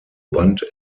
band